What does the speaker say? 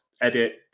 edit